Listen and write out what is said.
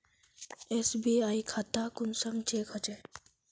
SBI खाता कुंसम check होचे?